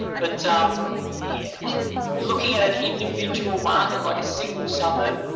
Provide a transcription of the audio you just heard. but yeah looking at an individual market, like a single suburb,